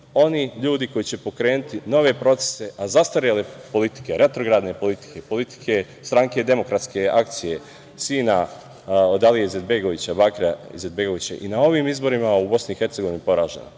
oni ljudi koji će pokrenuti nove procese, a zastarele politike, retrogradne politike, politike stranke Demokratske akcije, sina od Alije Izetbegovića, Bakira Izetbegovića, i na ovim izborima u BiH poražena.